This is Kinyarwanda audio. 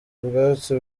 ubwatsi